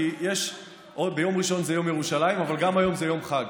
כי ביום ראשון זה יום ירושלים אבל גם היום זה יום חג.